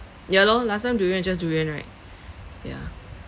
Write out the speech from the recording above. ya lor last time durian just durian right yeah